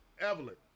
Evelyn